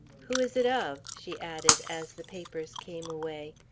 who is it of? she added, as the papers came away.